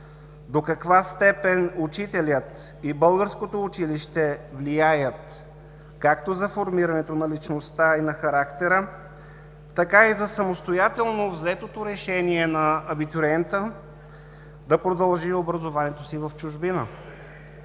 До каква степен учителят и българското училище влияят както за формирането на личността и на характера, така и за самостоятелно взетото решение на абитуриента да продължи образованието си в чужбина?